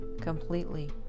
completely